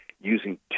using